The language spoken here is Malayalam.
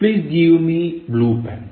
Please give me blue pen